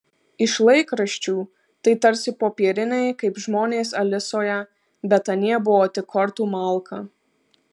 iš laikraščių tai tarsi popieriniai kaip žmonės alisoje bet anie buvo tik kortų malka